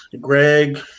Greg